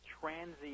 transient